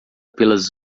pelas